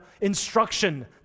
instruction